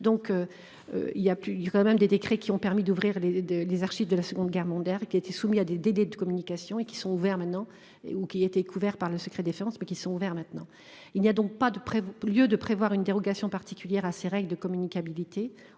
plus il y a quand même des décrets qui ont permis d'ouvrir les deux des archives de la seconde guerre mondiale qui a été soumis à des des de communication et qui sont ouverts maintenant et ou qui étaient couvert par le secret défense, mais qui sont ouverts, maintenant il y a donc pas de près. Lieu de prévoir une dérogation particulière à ces règles de communicabilité